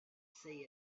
say